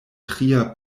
tria